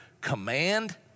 Command